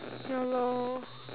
ya lor